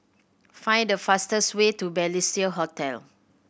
find the fastest way to Balestier Hotel